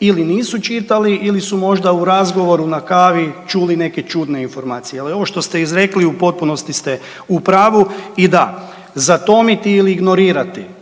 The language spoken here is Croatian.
ili nisu čitali ili su možda u razgovoru na kavi čuli neke čudne informacije. Ali ovo što ste izrekli u potpunosti ste u pravu. I da, zatomiti ili ignorirati